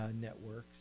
networks